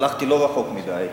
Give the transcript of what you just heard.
הלכתי לא רחוק מדי,